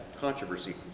controversy